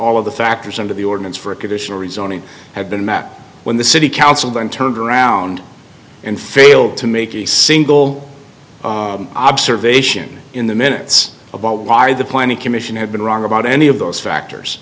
all of the factors under the ordinance for a conditional rezoning had been mapped when the city council then turned around and failed to make a single observation in the minutes about why the planning commission had been wrong about any of those factors